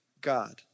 God